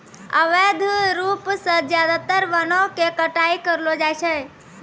अवैध रूप सॅ ज्यादातर वनों के कटाई करलो जाय छै